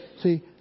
See